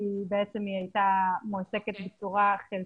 כי בעצם היא הייתה מועסקת בצורה חלקית,